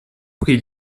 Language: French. prix